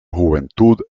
juventud